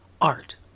art